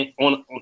on